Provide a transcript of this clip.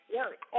work